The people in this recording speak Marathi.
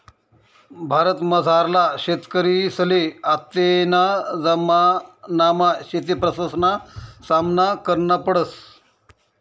भारतमझारला शेतकरीसले आत्तेना जमानामा शेतीप्रश्नसना सामना करना पडस